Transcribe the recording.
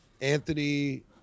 anthony